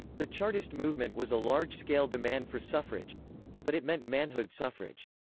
the chartist movement was a large-scale demand for suffrage but it meant manhood suffrage.